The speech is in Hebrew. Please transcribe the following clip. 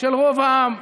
של רוב העם.